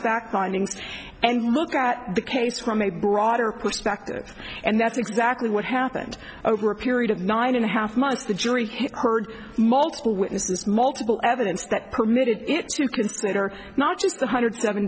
leaseback bindings and look at the case from a broader perspective and that's exactly what happened over a period of nine and a half months the jury heard multiple witnesses multiple evidence that permitted it to consider not just one hundred seven